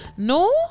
No